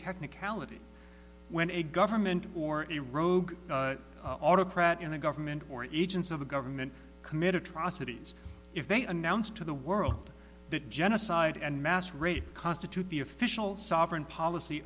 technicality when a government or a rogue autocrat in a government or aegis of the government commit atrocities if they announce to the world that genocide and mass rape constitute the official sovereign policy